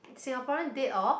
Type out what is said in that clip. Singaporean dead or